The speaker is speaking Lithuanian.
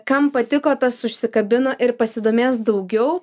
kam patiko tas užsikabino ir pasidomės daugiau